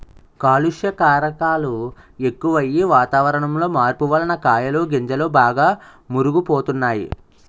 కాలుష్య కారకాలు ఎక్కువయ్యి, వాతావరణంలో మార్పు వలన కాయలు గింజలు బాగా మురుగు పోతున్నాయి